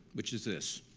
which is this.